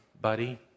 Buddy